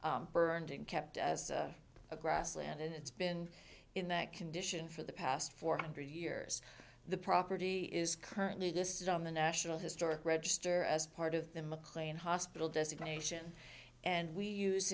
americans burned and kept as a grassland and it's been in that condition for the past four hundred years the property is currently listed on the national historic register as part of the mclean hospital designation and we use